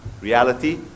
reality